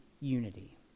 unity